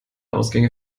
ausgänge